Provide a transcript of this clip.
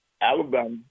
Alabama